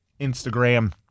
Instagram